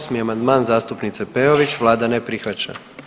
8. amandman, zastupnica Peović, Vlada ne prihvaća.